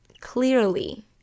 clearly